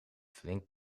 flink